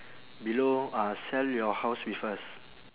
below uh sell your house with us